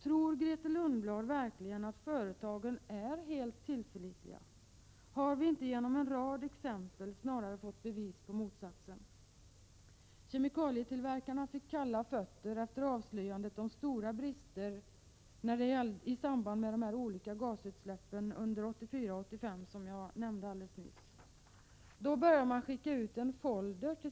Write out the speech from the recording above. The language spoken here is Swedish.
Tror Grethe Lundblad verkligen att företagen är helt tillförlitliga? Har vi inte genom en rad exempel snarare fått bevis på motsatsen? Kemikalietillverkarna fick kalla fötter efter avslöjandet om stora brister i samband med de olika gasutsläpp under 1984-1985 som jag pekade på.